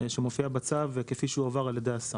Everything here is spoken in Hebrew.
שמופיעה בצו כפי שהועבר על ידי השר.